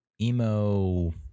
emo